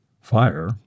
Fire